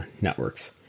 networks